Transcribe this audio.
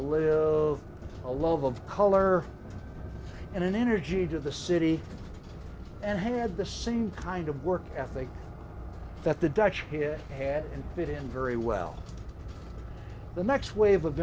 live a love of color and an energy to the city and had the same kind of work ethic that the dutch here had and fit in very well the next wave of